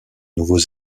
nouveaux